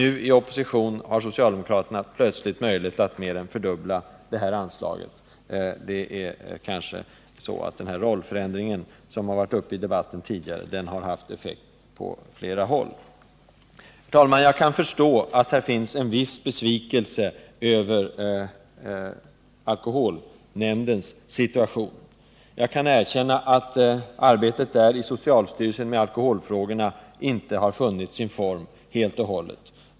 I opposition har socialdemokraterna nu plötsligt möjlighet att mer än fördubbla detta anslag. Den rollförändring som nämndes tidigare i debatten har kanske haft effekt på flera håll. Jag kan förstå att här finns en viss besvikelse över alkoholnämndens situation. Jag erkänner att arbetet med alkoholfrågorna där och i socialstyrelsen inte har funnit sin form helt och hållet.